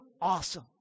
awesome